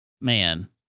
Man